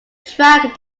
track